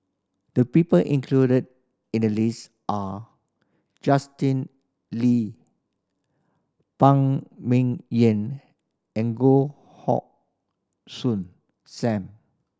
the people included in the list are Justin Lee Phan Ming Yen and Goh Hoh Soon Sam